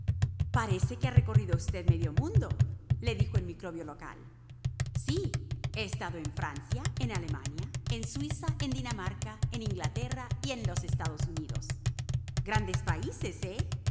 parece que ha recorrido usted medio mundo le dijo el microbio local sí he estado en francia en alemania en suiza en dinamarca en inglaterra en los estados unidos grandes países eh